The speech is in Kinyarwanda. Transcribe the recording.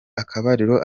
akabariro